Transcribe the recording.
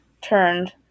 turned